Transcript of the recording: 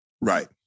Right